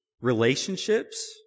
relationships